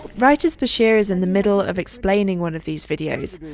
right as bashir is in the middle of explaining one of these videos,